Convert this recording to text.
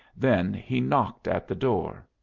then he knocked at the door.